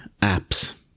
apps